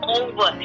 over